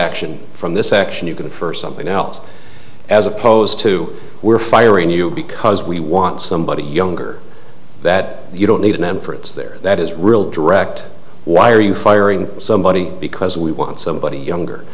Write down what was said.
action from this action you can infer something else as opposed to we're firing you because we want somebody younger that you don't need a name for it's there that is real direct why are you firing somebody because we want somebody younger